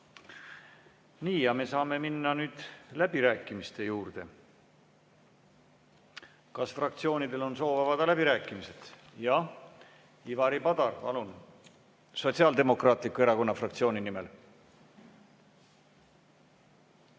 Nii. Ja me saame minna nüüd läbirääkimiste juurde. Kas fraktsioonidel on soov avada läbirääkimised? Jah, Ivari Padar, palun, Sotsiaaldemokraatliku Erakonna fraktsiooni nimel!